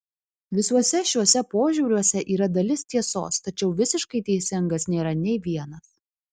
visuose šiuose požiūriuose yra dalis tiesos tačiau visiškai teisingas nėra nei vienas